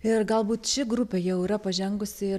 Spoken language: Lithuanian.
ir galbūt ši grupė jau yra pažengusi